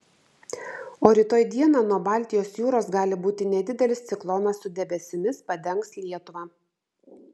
o rytoj dieną nuo baltijos jūros gali būti nedidelis ciklonas su debesimis padengs lietuvą